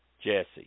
Jesse